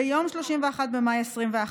ב-31 במאי 2021,